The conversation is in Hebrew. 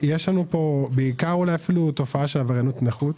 יש פה בעצם בעיקר תופעה של עבריינות נוחות.